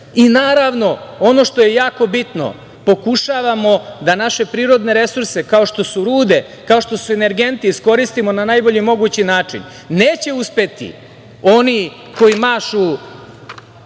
resurs. Naravno, ono što je jako bitno, pokušavamo da naše prirodne resurse kao što su rude, kao što su energenti iskoristimo na najbolji mogući način. Neće uspeti oni koji mašu